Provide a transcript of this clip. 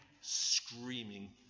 screaming